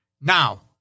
Now